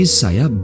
saya